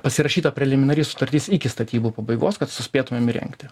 pasirašyta preliminari sutartis iki statybų pabaigos kad suspėtumėm įrengti